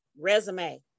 resume